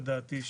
לדעתי,